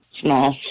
small